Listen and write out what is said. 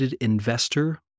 investor